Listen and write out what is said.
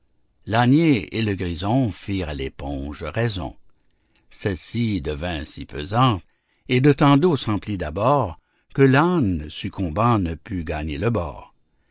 l'ânier et le grison firent à l'éponge raison celle-ci devint si pesante et de tant d'eau s'emplit d'abord que l'âne succombant ne put gagner le bord